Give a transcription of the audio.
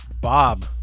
Bob